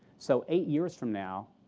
so eight years from now,